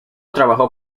trabajó